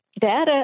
data